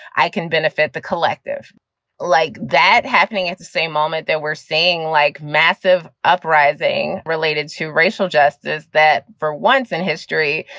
i can benefit the collective like that happening at the same moment that we're seeing like massive uprising related to racial justice, that for once in history,